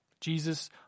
Jesus